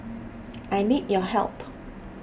I need your help